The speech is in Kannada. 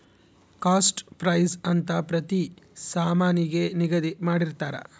ಕಾಸ್ಟ್ ಪ್ರೈಸ್ ಅಂತ ಪ್ರತಿ ಸಾಮಾನಿಗೆ ನಿಗದಿ ಮಾಡಿರ್ತರ